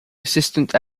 assistant